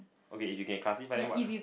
okay if you can classify them what k~